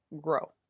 grow